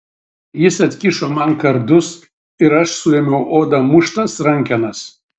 jis atkišo man kardus ir aš suėmiau oda muštas rankenas